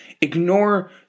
Ignore